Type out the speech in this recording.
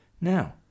Now